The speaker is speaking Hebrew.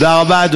תודה רבה.